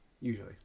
Usually